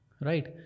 Right